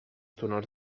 túnels